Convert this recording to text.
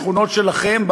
בשכונות שלכם,